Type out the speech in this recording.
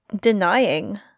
denying